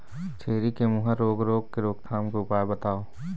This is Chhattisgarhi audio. छेरी के मुहा रोग रोग के रोकथाम के उपाय बताव?